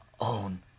own